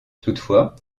toutefois